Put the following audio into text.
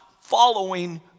following